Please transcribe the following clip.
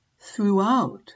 throughout